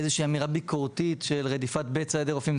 איזושהי אמירה ביקורתית של רדיפת בצע של רופאים.